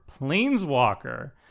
planeswalker